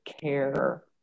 care